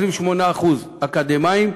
28% אקדמאים,